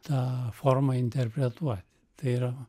tą formą interpretuoti tai yra